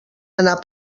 anar